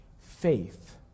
Faith